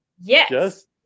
yes